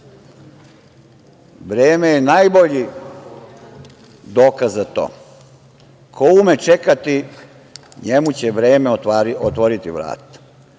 vreme je najbolji dokaz za to. Ko ume čekati njemu će vreme otvoriti vrata.